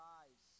eyes